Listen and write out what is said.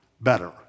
better